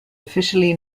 officially